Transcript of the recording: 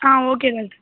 ah okay doctor